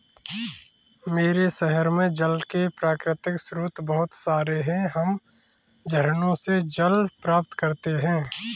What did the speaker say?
मेरे शहर में जल के प्राकृतिक स्रोत बहुत सारे हैं हम झरनों से जल प्राप्त करते हैं